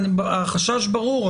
החשש ברור.